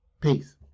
peace